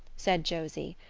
said josie,